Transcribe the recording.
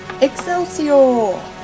Excelsior